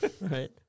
right